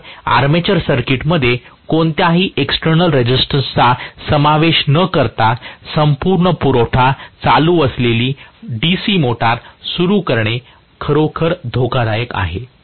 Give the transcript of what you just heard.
तर आर्मेचर सर्किटमध्ये कोणत्याही एक्सटेर्नल रेसिस्टन्सचा समावेश न करता संपूर्ण पुरवठा चालू असलेली DC मोटर सुरू करणे खरोखर धोकादायक आहे